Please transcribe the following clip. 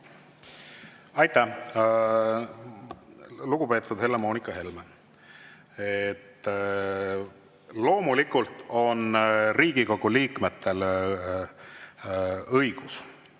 Aitäh, lugupeetud Helle-Moonika Helme! Loomulikult on Riigikogu liikmetel õigus